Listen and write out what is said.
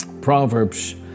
proverbs